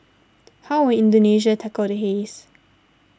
how will Indonesia tackle the haze